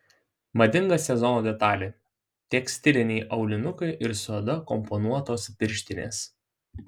madinga sezono detalė tekstiliniai aulinukai ir su oda komponuotos pirštinės